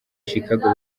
chicago